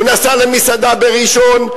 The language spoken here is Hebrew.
הוא נסע למסעדה בראשון,